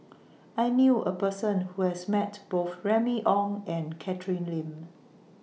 I knew A Person Who has Met Both Remy Ong and Catherine Lim